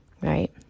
right